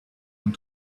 and